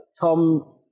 Tom